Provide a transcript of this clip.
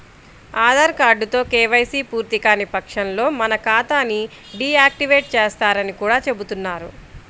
ఆధార్ కార్డుతో కేవైసీ పూర్తికాని పక్షంలో మన ఖాతా ని డీ యాక్టివేట్ చేస్తారని కూడా చెబుతున్నారు